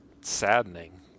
saddening